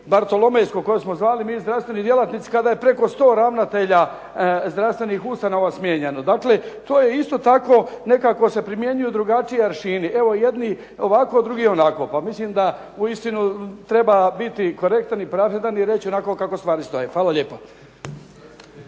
bartolomejsko koje smo zvali mi zdravstveni djelatnici, kada je preko 100 ravnatelja zdravstvenih ustanova smijenjeno. Dakle, to je isto tako, nekako se primjenjuju drugačiji ..., evo jedni ovako, drugi onako. Pa mislim da uistinu treba biti korektan i pravedan i reći onako kako stvari stoje. Hvala lijepo.